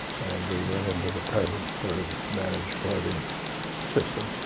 and we went into the present sort of managed floating system.